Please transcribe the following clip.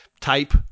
type